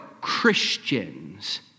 Christians